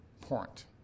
point